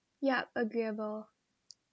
yup agreeable